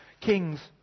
kings